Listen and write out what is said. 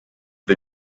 the